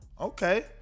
okay